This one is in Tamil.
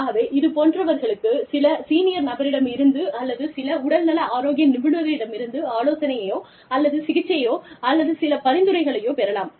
ஆகவே இதுபோன்றவர்களுக்கு சில சீனியர் நபரிடமிருந்து அல்லது சில உடல்நல ஆரோக்கிய நிபுணரிடமிருந்து ஆலோசனையையோ அல்லது சிகிச்சையையோ அல்லது சில பரிந்துரைகளையோ பெறலாம்